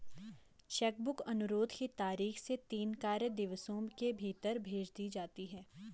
check book अनुरोध की तारीख से तीन कार्य दिवसों के भीतर भेज दी जाती है